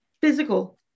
physical